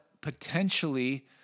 potentially